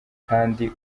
kandi